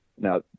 Now